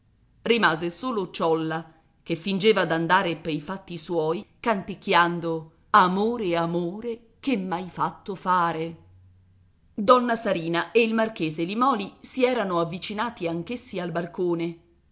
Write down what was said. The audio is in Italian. rimase solo ciolla che fingeva d'andare pei fatti suoi canticchiando amore amore che m'hai fatto fare donna sarina e il marchese limòli si erano avvicinati anch'essi al balcone